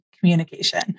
communication